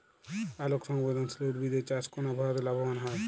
আলোক সংবেদশীল উদ্ভিদ এর চাষ কোন আবহাওয়াতে লাভবান হয়?